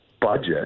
budget